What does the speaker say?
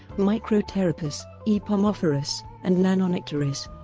micropteropus, epomophorus, and nanonycteris.